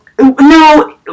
No